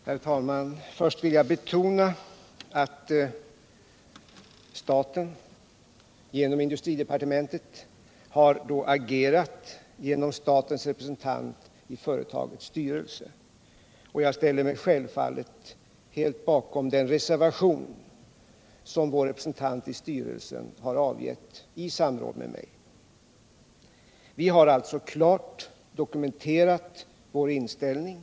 Herr talman! Först vill jag betona att industridepartementet har agerat genom statens representant i företagets styrelse, och jag ställer mig självfallet helt bakom den reservation som vår representant i styrelsen avgett i samråd med mig. Vi har alltså klart dokumenterat vår inställning.